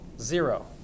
zero